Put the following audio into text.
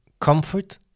Comfort